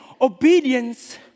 obedience